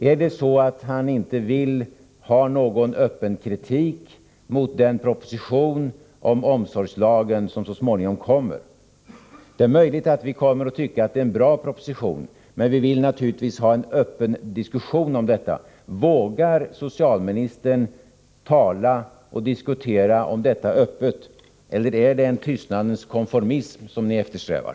Är det så att socialministern inte vill ha någon öppen kritik mot den proposition om omsorgslagen som så småningom kommer att läggas fram? Det är möjligt att vi kommer att tycka att det är en bra proposition, men vi vill naturligtvis ha en öppen diskussion om detta. Vågar socialministern tala och diskutera om detta öppet, eller är det en tystnadens konformism som ni eftersträvar?